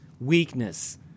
weakness